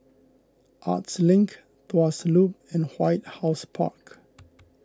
Arts Link Tuas Loop and White House Park